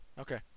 Okay